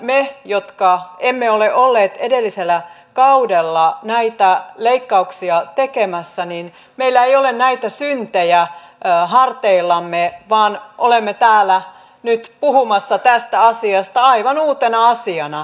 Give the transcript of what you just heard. meillä jotka emme ole olleet edellisellä kaudella näitä leikkauksia tekemässä ei ole näitä syntejä harteillamme vaan olemme täällä nyt puhumassa tästä asiasta aivan uutena asiana